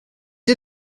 est